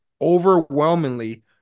overwhelmingly